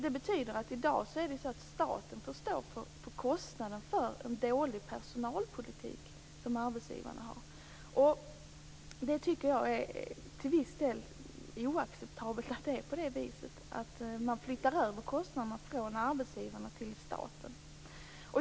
Det betyder att i dag får staten stå för kostnaden för en dålig personalpolitik som arbetsgivaren har. Jag tycker att det till viss del är oacceptabelt att det är på det viset, att man flyttar över kostnaderna från arbetsgivaren till staten.